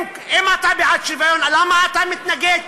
אם אתה בעד שוויון, למה אתה מתנגד?